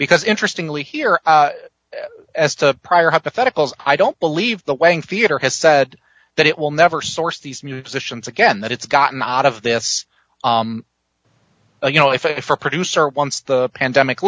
because interestingly here as to prior hypotheticals i don't believe the way in theater has said that it will never source these musicians again that it's gotten out of this you know if i for producer once the pandemic